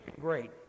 great